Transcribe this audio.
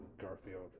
Garfield